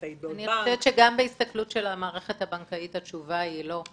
גם מההסתכלות על המערכת התשובה היא לא.